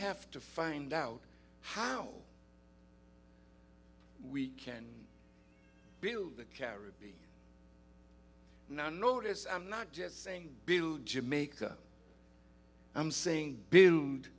have to find out how we can build the caribbean now notice i'm not just saying jamaica i'm saying build